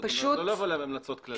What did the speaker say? לא לבוא עם המלצות כלליות.